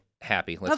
happy